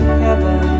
heaven